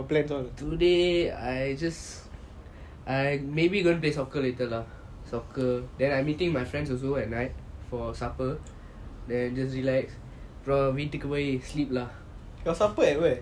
today I just I maybe gonna play soccer later lah soccer then I'm meeting my friends also at night for supper then you just relax அப்புறம் வீட்டுக்கு பொய்:apram veetuku poi sleep lah